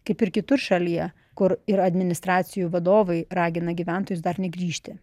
kaip ir kitur šalyje kur yra administracijų vadovai ragina gyventojus dar negrįžti